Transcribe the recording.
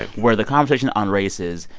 where the conversation on race is,